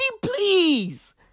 please